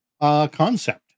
concept